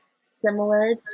similar